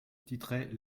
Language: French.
titrait